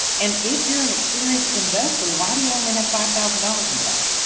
and if you're an experienced investor, why do you only have five thousand dollars in the bank?